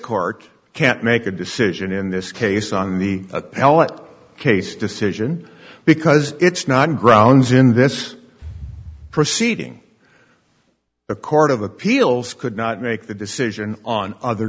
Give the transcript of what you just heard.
court can't make a decision in this case on the appellate case decision because it's not grounds in this proceeding the court of appeals could not make the decision on other